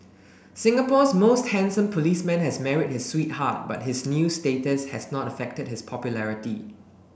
Singapore's most handsome policeman has married his sweetheart but his new status has not affected his popularity